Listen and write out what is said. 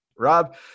Rob